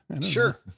Sure